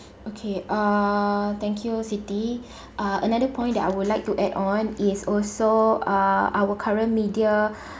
okay err thank you siti uh another point that I would like to add on is also uh our current media